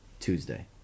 Tuesday